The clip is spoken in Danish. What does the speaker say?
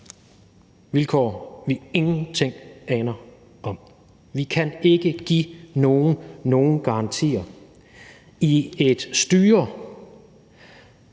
vilkår, vi ingenting aner om. Vi kan ikke give nogen nogen garantier i et styre,